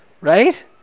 Right